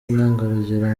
intangarugero